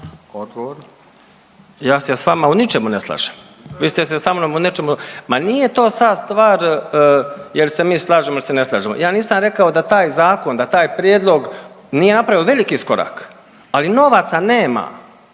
Ja se s vama u ničemu ne slažem, vi ste se sa mnom u nečemu, ma nije to sad stvar jel se mi slažemo ili se ne slažemo, ja nisam rekao da taj zakon, da taj prijedlog nije napravio veliki iskorak, ali novaca nema.